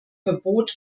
verbot